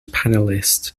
panelist